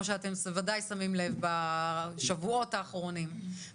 שאתם בוודאי שמים לב בשבועות האחרונים,